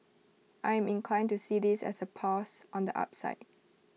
I'm inclined to see this as A pause on the upside